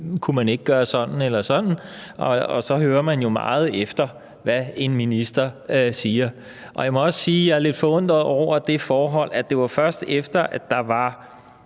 kunne gøre sådan eller sådan, og man hører jo meget efter, hvad en minister siger. Jeg må også sige, at jeg er lidt forundret over det forhold, at det først var efter, at der var